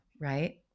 right